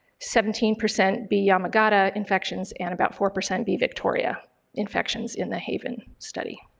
seventeen percent b yamagata infections, and about four percent b victoria infections in the haven study.